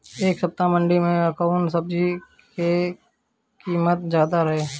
एह सप्ताह मंडी में कउन सब्जी के कीमत ज्यादा रहे?